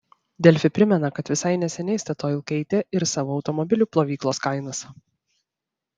delfi primena kad visai neseniai statoil keitė ir savo automobilių plovyklos kainas